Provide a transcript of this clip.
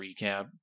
recap